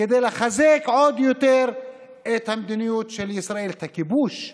כדי לחזק עוד יותר את המדיניות של ישראל: את הכיבוש,